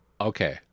okay